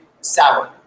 sour